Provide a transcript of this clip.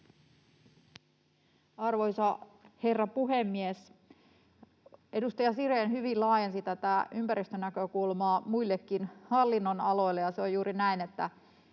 Arvoisa herra puhemies! Edustaja Sirén hyvin laajensi tätä ympäristönäkökulmaa muillekin hallinnonaloille,